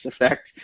effect